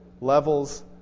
levels